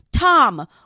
Tom